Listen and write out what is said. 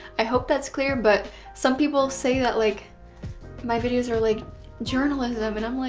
i hope that's clear. but some people say that like my videos are like journalism and i'm like.